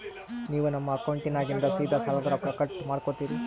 ನೀವು ನಮ್ಮ ಅಕೌಂಟದಾಗಿಂದ ಸೀದಾ ಸಾಲದ ರೊಕ್ಕ ಕಟ್ ಮಾಡ್ಕೋತೀರಿ?